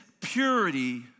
purity